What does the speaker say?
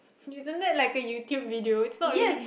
isn't that like a YouTube video it's not really